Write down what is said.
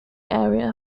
area